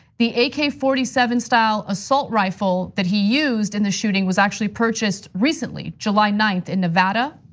the ak forty seven style so rifle that he used in the shooting was actually purchased recently, july ninth, in nevada.